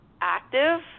active